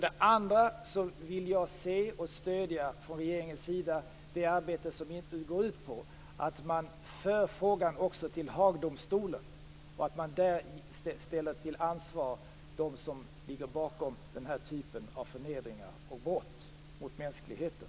Dessutom vill jag från regeringens sida stödja det arbete som går ut på att man också för frågan till Haagdomstolen och där ställer till ansvar dem som ligger bakom den här typen av förnedring och brott mot mänskligheten.